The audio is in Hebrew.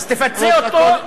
אז תפצה אותו.